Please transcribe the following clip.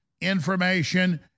information